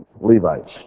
Levites